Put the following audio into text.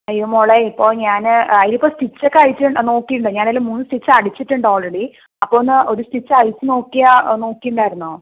അയ്യോ മോളെ ഇപ്പോൾ ഞാൻ ആതിലിപ്പോൾ സ്റ്റിച്ചൊക്കെ അഴിച്ചു നോക്കീട്ടുണ്ടോ ഞാൻ മൂന്ന് സ്റ്റിച്ച് അടിച്ചിട്ടുണ്ട് ആൾറെഡി അപ്പോൾ ഒന്ന് ഒരു സ്റ്റിച്ച് അഴിച്ചു നോക്കിയാൽ നോക്കിയിട്ടുണ്ടായിരുന്നോ